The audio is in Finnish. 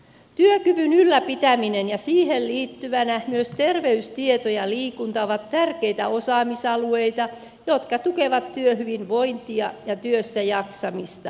työkyvyn ylläpitäminen ja siihen liittyvänä myös terveystieto ja liikunta ovat tärkeitä osaamisalueita jotka tukevat työhyvinvointia ja työssä jaksamista